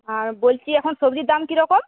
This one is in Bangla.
আর বলছি এখন সবজির দাম কীরকম